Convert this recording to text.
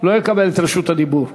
לא יקבל את רשות הדיבור.